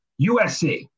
USC